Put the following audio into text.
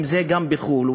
אם גם בחו"ל,